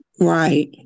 Right